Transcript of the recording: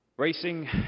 Racing